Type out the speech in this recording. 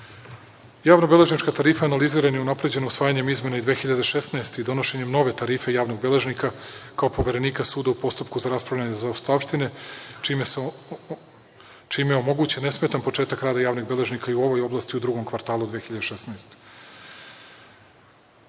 Javnobeležnička tarifa je analizirana i unapređena usvajanjem izmena iz 2016. godine i donošenjem nove tarife javnog beležnika kao poverenika suda u postupku za raspravljanje zaostavštine, čime je omogućen nesmetan početak rada javnih beležnika i u ovoj oblasti u drugom kvartalu 2016.